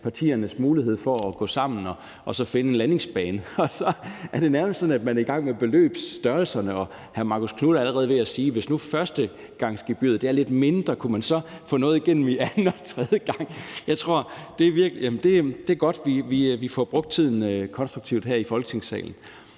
partiernes muligheder for at gå sammen og så finde en landingsbane – det er nærmest sådan, at man er i gang med beløbsstørrelserne. Og hr. Marcus Knuth er allerede ved at sige, at hvis nu førstegangsgebyret er lidt mindre, kunne man så få noget igennem anden og tredje gang? Det er godt, vi får brugt tiden konstruktivt her i Folketingssalen.